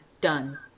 done